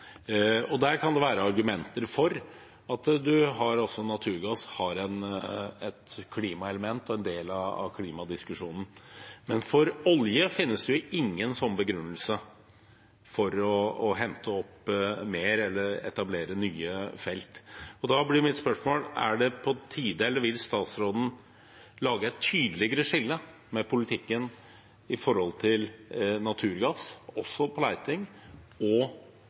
naturgass. Der kan det være argumenter for at naturgass har et klimaelement og er en del av klimadiskusjonen, men for olje finnes det jo ingen sånn begrunnelse for å hente opp mer eller etablere nye felt. Da blir mitt spørsmål: Vil statsråden lage et tydeligere skille i politikken mellom leting etter naturgass og